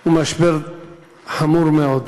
הוא משבר חמור מאוד.